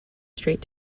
straight